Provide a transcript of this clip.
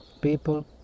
people